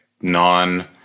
non